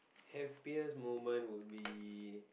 happiest moment would be